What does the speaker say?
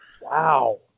Wow